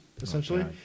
essentially